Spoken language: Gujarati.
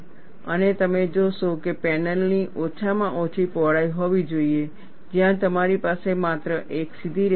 અને તમે જોશો કે પેનલની ઓછામાં ઓછી પહોળાઈ હોવી જોઈએ જ્યાં તમારી પાસે માત્ર એક સીધી રેખા છે